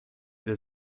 der